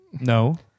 No